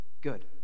good